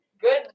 Good